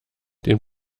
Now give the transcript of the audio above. den